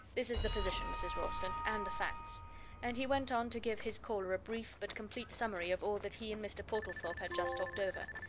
this is the position, mrs. ralston, and the facts and he went on to give his caller a brief but complete summary of all that he and mr. portlethorpe had just talked over.